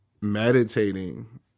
meditating